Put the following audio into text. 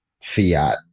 fiat